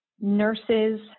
nurses